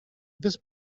this